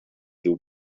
tiu